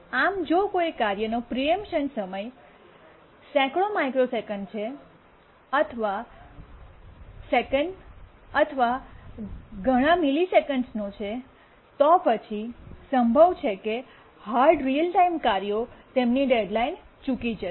આમ જો કાર્ય પ્રીએમ્પશનનો સમય સેંકડો માઇક્રોસેકન્ડ્સ છે અથવા સેકન્ડ અથવા ઘણા મિલિસેકન્ડનો છે તો પછી સંભવ છે કે હાર્ડ રીઅલ ટાઇમ કાર્યો તેમની ડેડ્લાઇન ચૂકી જશે